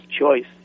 choice